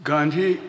Gandhi